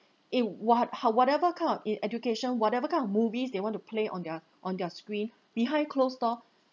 it what how whatever kind of education whatever kind of movies they want to play on their on their screen behind closed door